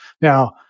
Now